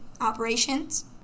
operations